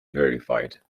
verified